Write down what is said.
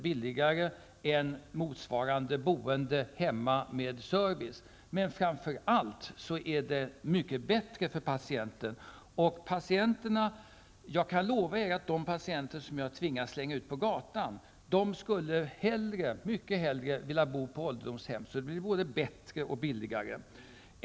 billigare än motsvarande boende hemma med service. Men framför allt är det mycket bättre för patienten. Jag kan lova er att de patienter som jag tvingas slänga ut på gatan mycket hellre skulle vilja bo på ett ålderdomshem, som är både bättre och billigare.